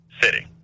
city